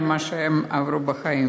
מטעם גרמניה על מה שהם עברו בחיים.